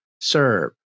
serve